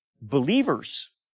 Believers